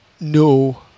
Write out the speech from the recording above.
no